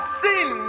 sin